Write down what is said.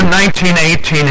1918